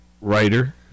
writer